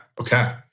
Okay